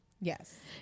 Yes